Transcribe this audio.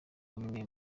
bamwe